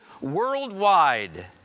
worldwide